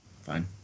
Fine